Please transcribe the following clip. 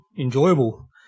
enjoyable